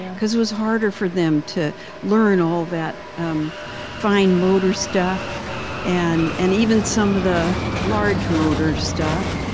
because it was harder for them to learn all that um fine motor stuff and and even some of the large motor stuff.